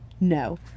No